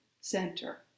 center